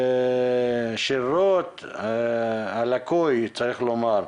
על השירות הלקוי, צריך לומר,